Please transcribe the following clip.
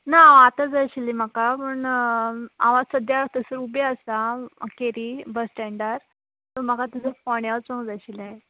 ना आतां जाय आशिल्ली म्हाका पूण हांव आतां सद्द्यां थंयसर उबें आसां केरी बसस्टँडार म्हाका फोण्या वचूंक जाय आशिल्लें